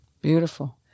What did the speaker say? Beautiful